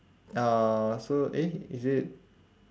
uh so eh is it